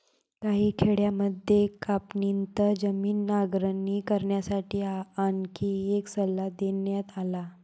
काही खेड्यांमध्ये कापणीनंतर जमीन नांगरणी करण्यासाठी आणखी एक सल्ला देण्यात आला